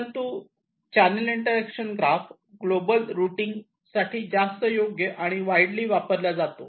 परंतु channel interaction graph global routing साठी जास्त योग्य आणि वाइडली वापरला जातो